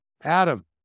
Adam